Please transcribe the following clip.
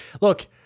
Look